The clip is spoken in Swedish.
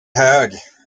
hög